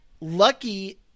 Lucky